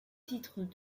titres